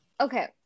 Okay